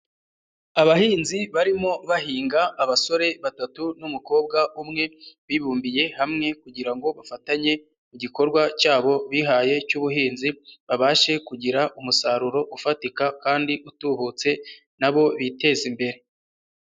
Abahinzi barimo bahinga abasore batatu n'umukobwa umwe, bibumbiye hamwe kugira ngo bafatanye igikorwa cyabo bihaye cy'ubuhinzi, babashe kugira umusaruro ufatika kandi utubutse nabo biteza imbere.